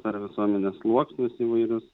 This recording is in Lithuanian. ar visuomenės sluoksnius įvairius